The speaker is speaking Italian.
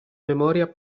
memoria